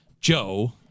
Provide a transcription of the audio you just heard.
Joe